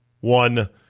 one